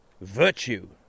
virtue